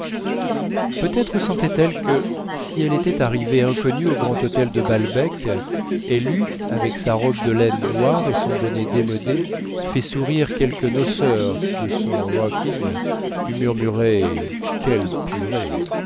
peut-être sentait elle que si elle était arrivée inconnue au grand hôtel de balbec elle eût avec sa robe de laine noire et son bonnet démodé fait sourire quelque noceur qui de son rocking eût murmuré quelle purée